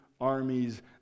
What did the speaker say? armies